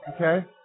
Okay